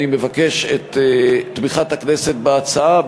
אני מבקש את תמיכת הכנסת בהצעה,